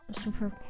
super